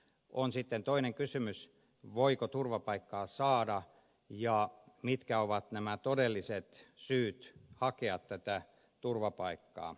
on sitten toinen kysymys voiko turvapaikkaa saada ja mitkä ovat todelliset syyt hakea turvapaikkaa